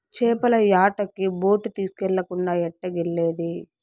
చేపల యాటకి బోటు తీస్కెళ్ళకుండా ఎట్టాగెల్లేది